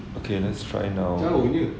okay let's try now